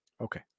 okay